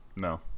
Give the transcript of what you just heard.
No